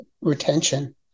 retention